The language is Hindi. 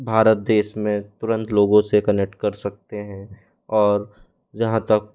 भारत देश में तुरंत लोगों से कनेक्ट कर सकते हैं और जहाँ तक